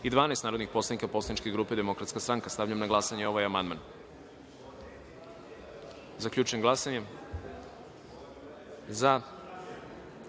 i 12 narodnih poslanika poslaničke grupe Demokratska stranka. Stavljam na glasanje ovaj amandman. Zaključujem glasanje i